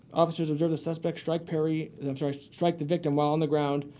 officers observed the suspect strike perry i'm sorry strike the victim while on the ground.